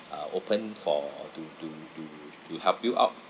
uh open for to to to to help you out